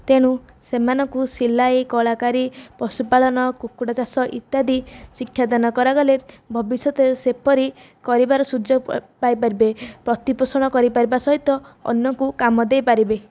ତେଣୁ ସେମାନଙ୍କୁ ସିଲାଇ କଳାକାରି ପଶୁପାଳନ କୁକୁଡ଼ା ଚାଷ ଇତ୍ୟାଦି ଶିକ୍ଷାଦାନ କରାଗଲେ ଭବିଷ୍ୟତରେ ସେପରି କରିବାର ସୁଯୋଗ ପାଇପାରିବେ ପ୍ରତିପୋଷଣ କରି ପାରିବା ସହିତ ଅନ୍ୟକୁ କାମ ଦେଇପାରିବେ